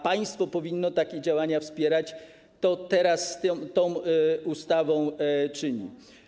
Państwo powinno takie działania wspierać, co teraz tą ustawą czyni.